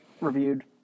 reviewed